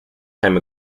time